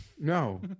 no